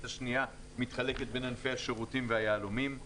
השנייה מתחלקת בין ענפי השירותים והיהלומים.